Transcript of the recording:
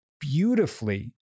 beautifully